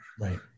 Right